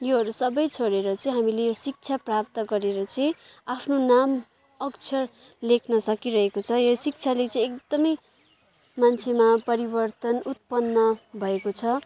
योहरू सबै छोडेर हामीले शिक्षा प्राप्त गरेर चाहिँ आफ्नो नाम अक्षर लेख्न सकिरहेको छ यो शिक्षाले चाहिँ एकदम मान्छेमा परिवर्तन उत्पन्न भएको छ